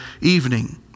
evening